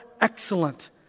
excellent